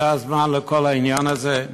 זה הזמן לכל העניין הזה?